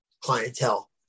clientele